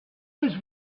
was